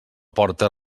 porta